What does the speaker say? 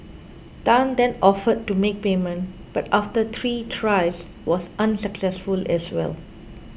Tan then offered to make payment but after three tries was unsuccessful as well